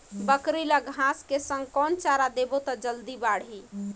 बकरी ल घांस के संग कौन चारा देबो त जल्दी बढाही?